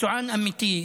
מקצוען אמיתי.